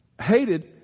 hated